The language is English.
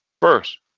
First